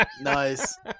nice